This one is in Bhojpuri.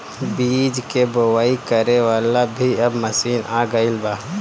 बीज के बोआई करे वाला भी अब मशीन आ गईल बा